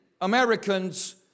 Americans